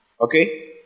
Okay